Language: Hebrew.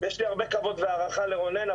יש לי הרבה כבוד והערכה לרונן,